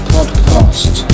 Podcast